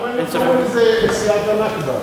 למה הם לא קראו לזה סיעת הנכבה?